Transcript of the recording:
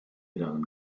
darin